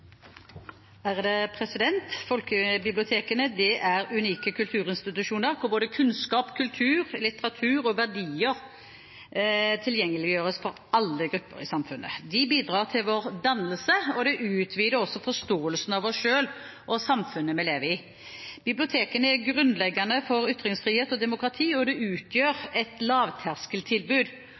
refererte til. Folkebibliotekene er unike kulturinstitusjoner hvor både kunnskap, kultur, litteratur og verdier tilgjengeliggjøres for alle grupper i samfunnet. De bidrar til vår dannelse, og de utvider også forståelsen av oss selv og samfunnet vi lever i. Bibliotekene er grunnleggende for ytringsfrihet og demokrati, og de utgjør et lavterskeltilbud